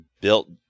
built